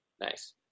Nice